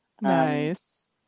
Nice